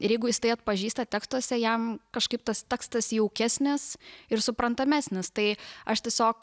ir jeigu jis tai atpažįsta tekstuose jam kažkaip tas tekstas jaukesnis ir suprantamesnis tai aš tiesiog